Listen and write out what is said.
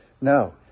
no